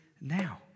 now